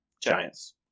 Giants